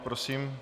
Prosím.